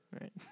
Right